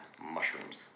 mushrooms